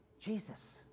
Jesus